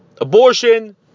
Abortion